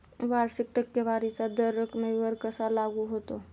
वार्षिक टक्केवारीचा दर रकमेवर कसा लागू होतो?